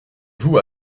vous